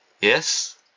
Yes